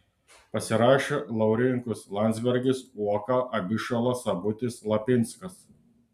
pasirašė laurinkus landsbergis uoka abišala sabutis lapinskas